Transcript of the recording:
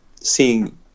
seeing